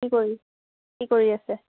কি কৰি কি কৰি আছে